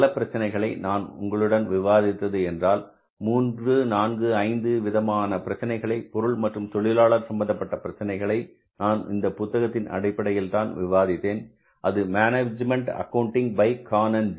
பல பிரச்சினைகளை நான் உங்களுடன் விவாதித்தது என்றால் 34 5 விதமான பிரச்சனைகளை பொருள் மற்றும் தொழிலாளர் சம்பந்தப்பட்ட பிரச்சனைகளை நான் இந்த புத்தகத்தின் அடிப்படையில் தான் விவாதித்தேன் அது management accounting by Khan and Jay